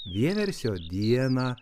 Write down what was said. vieversio dieną